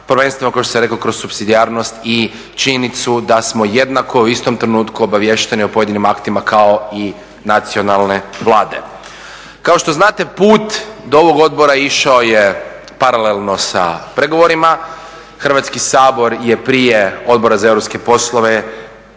prvenstveno kao što sam rekao kroz supsidijarnost i činjenicu da smo jednako u istom trenutku obaviješteni o pojedinim aktima kao i nacionalne Vlade. Kao što znate put do ovog odbora išao je paralelno sa pregovorima. Hrvatski sabor je prije Odbora za europske poslove